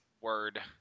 word